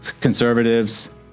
conservatives